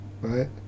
right